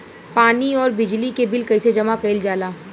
पानी और बिजली के बिल कइसे जमा कइल जाला?